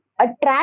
attract